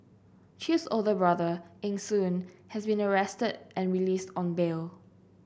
Chew's older brother Eng Soon has been arrested and released on bail